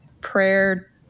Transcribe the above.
prayer